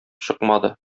чыкмады